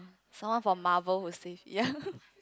someone for Marvel who save ya